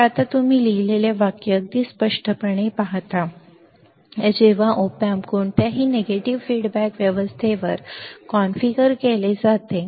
तर आता तुम्ही लिहिलेले वाक्य अगदी स्पष्टपणे पाहता जेव्हा op amp कोणत्याही नकारात्मक अभिप्राय व्यवस्थेत कॉन्फिगर केले जाते